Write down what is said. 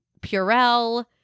Purell